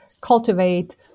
cultivate